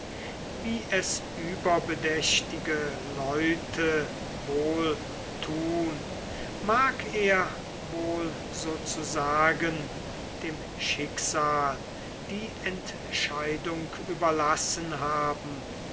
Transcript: wie es überbedächtige leute wohl tun mag er wohl sozusagen dem schicksal die entscheidung überlassen haben